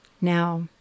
Now